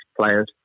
players